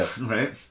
Right